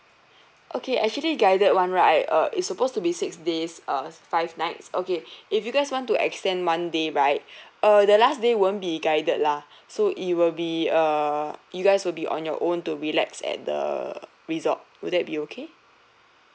okay actually guided one right uh it's supposed to be six days uh five nights okay if you guys want to extend one day right uh the last day won't be guided lah so it will be err you guys will be on your own to relax at the resort would that be okay